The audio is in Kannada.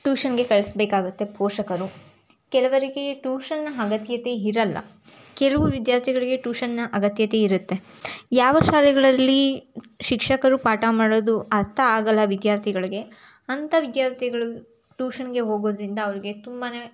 ಟೂಷನ್ಗೆ ಕಳ್ಸಬೇಕಾಗತ್ತೆ ಪೋಷಕರು ಕೆಲವರಿಗೆ ಟೂಷನ್ನ್ನ ಅಗತ್ಯತೆ ಇರಲ್ಲ ಕೆಲವು ವಿದ್ಯಾರ್ಥಿಗಳಿಗೆ ಟೂಷನ್ನ್ನ ಅಗತ್ಯತೆ ಇರುತ್ತೆ ಯಾವ ಶಾಲೆಗಳಲ್ಲಿ ಶಿಕ್ಷಕರು ಪಾಠ ಮಾಡೋದು ಅರ್ಥ ಆಗೋಲ್ಲ ವಿದ್ಯಾರ್ಥಿಗಳಿಗೆ ಅಂಥ ವಿದ್ಯಾರ್ಥಿಗಳ್ಗೆ ಟೂಷನ್ಗೆ ಹೋಗೋದರಿಂದ ಅವ್ರಿಗೆ ತುಂಬ